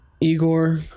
Igor